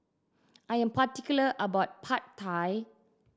I am particular about Pad Thai